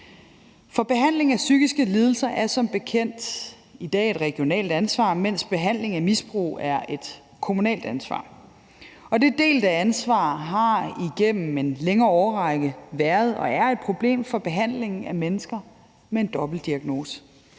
For behandling af psykiske lidelser er som bekendt i dag et regionalt ansvar, mens behandling af misbrug er et kommunalt ansvar, og det delte ansvar har igennem en længere årrække været og er stadig et problem for behandlingen af mennesker med en dobbeltdiagnose.